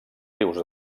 rius